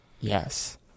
Yes